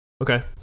Okay